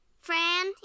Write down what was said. Fran